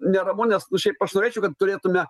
neramu nes nu šiaip aš norėčiau kad turėtume